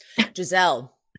Giselle